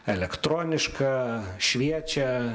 elektronika šviečia